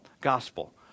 gospel